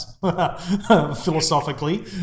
philosophically